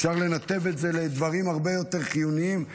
אפשר לנתב את זה לדברים הרבה יותר חיוניים,